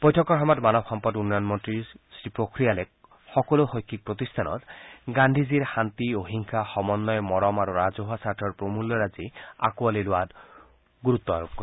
বৈঠকৰ সময়ত মানৱ সম্পদ উন্নয়ন মন্ত্ৰী পোখৰিয়ালে সকলো শৈক্ষিক প্ৰতিষ্ঠানত গান্ধীজীৰ শান্তি অহিংসা সমন্বয় মৰম আৰু ৰাজহুৱা স্বাৰ্থৰ প্ৰমূল্যৰাজি আঁকোৱালি লোৱাত গুৰুত্ব আৰোপ কৰে